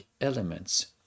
elements